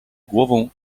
głową